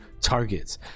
targets